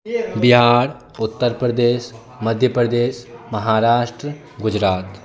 Bihar Uttar Pradesh Madhya Pradesh Maharashtra Gujarat